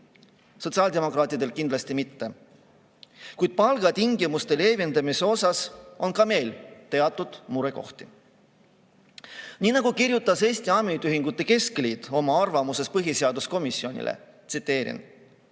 Sotsiaaldemokraatidel kindlasti mitte. Kuid palgatingimuste leevendamise osas on ka meil teatud murekohti. Nii nagu kirjutas Eesti Ametiühingute Keskliit oma arvamuses põhiseaduskomisjonile: "Eesti